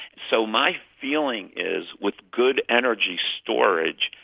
so my feeling is, with good energy storage,